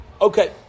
Okay